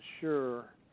sure